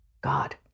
God